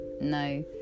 no